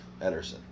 Ederson